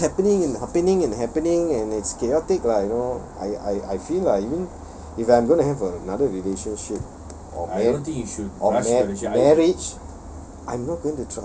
it's it keeps happening and happening and happening and it's chaotic lah you know I I I feel ah if I'm going to have another relationship or marr~ or ma~ marriage